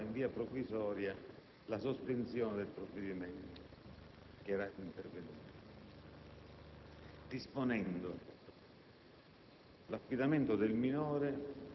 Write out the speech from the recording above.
sicché il tribunale revocava, in via provvisoria, la sospensione del provvedimento che era intervenuta, disponendo